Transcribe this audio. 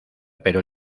pero